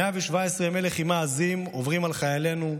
117 ימי לחימה עזים עוברים על חיילינו,